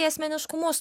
į asmeniškumus